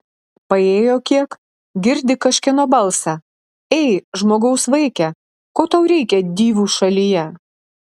paėjo kiek girdi kažkieno balsą ei žmogaus vaike ko tau reikia divų šalyje